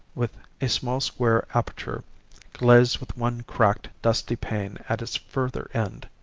with a small square aperture glazed with one cracked, dusty pane at its further end.